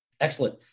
Excellent